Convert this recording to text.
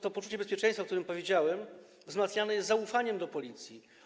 To poczucie bezpieczeństwa, o którym powiedziałem, wzmacniane jest zaufaniem do Policji.